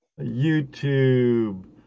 YouTube